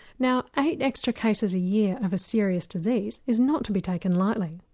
now eight extra cases a year of a serious disease is not to be taken lightly.